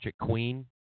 Queen